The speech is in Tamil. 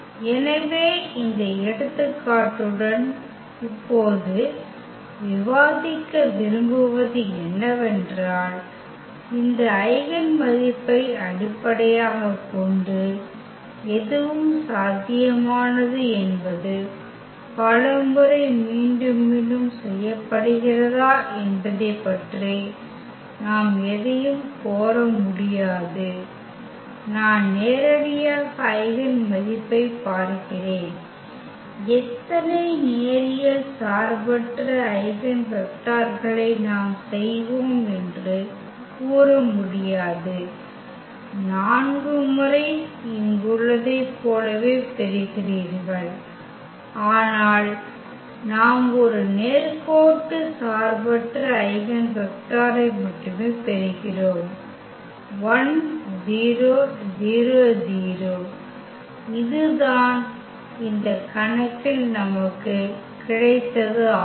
எனவே இந்த எடுத்துக்காட்டுடன் இப்போது விவாதிக்க விரும்புவது என்னவென்றால் இந்த ஐகென் மதிப்பை அடிப்படையாகக் கொண்டு எதுவும் சாத்தியமானது என்பது பலமுறை மீண்டும் மீண்டும் செய்யப்படுகிறதா என்பதைப் பற்றி நாம் எதையும் கோர முடியாது நான் நேரடியாக ஐகென் மதிப்பைப் பார்க்கிறேன் எத்தனை நேரியல் சார்பற்ற ஐகென் வெக்டர்களை நாம் செய்வோம் என்று கூற முடியாது 4 முறைஇங்குள்ளதைப் போலவே பெறுகிறீர்கள் ஆனால் நாம் ஒரு நேர்கோட்டு சார்பற்ற ஐகென் வெக்டரை மட்டுமே பெறுகிறோம் இதுதான் இந்த கணக்கில் நமக்கு கிடைத்தது ஆகும்